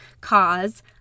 cause